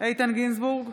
איתן גינזבורג,